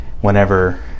whenever